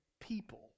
people